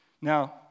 Now